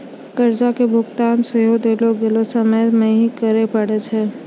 कर्जा के भुगतान सेहो देलो गेलो समय मे ही करे पड़ै छै